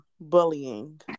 bullying